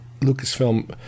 Lucasfilm